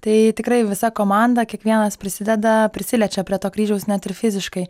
tai tikrai visa komanda kiekvienas prisideda prisiliečia prie to kryžiaus net ir fiziškai